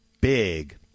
big